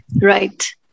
Right